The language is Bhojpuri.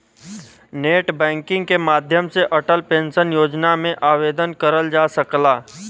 नेटबैंकिग के माध्यम से अटल पेंशन योजना में आवेदन करल जा सकला